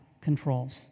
controls